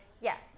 Yes